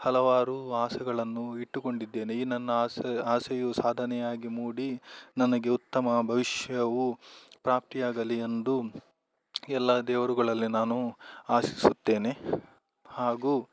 ಹಲವಾರು ಆಸೆಗಳನ್ನು ಇಟ್ಟುಕೊಂಡಿದ್ದೇನೆ ಈ ನನ್ನ ಆಸೆ ಆಸೆಯು ಸಾಧನೆಯಾಗಿ ಮೂಡಿ ನನಗೆ ಉತ್ತಮ ಭವಿಷ್ಯವು ಪ್ರಾಪ್ತಿ ಆಗಲಿ ಎಂದು ಎಲ್ಲ ದೇವರುಗಳಲ್ಲಿ ನಾನು ಆಶಿಸುತ್ತೇನೆ ಹಾಗು